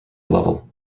level